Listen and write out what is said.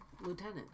lieutenant